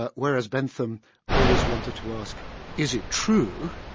ah whereas bentham always wanted to ask is it true,